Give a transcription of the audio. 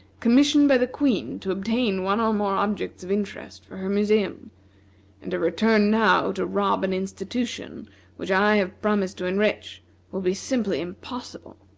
commissioned by the queen to obtain one or more objects of interest for her museum and to return now to rob an institution which i have promised to enrich will be simply impossible.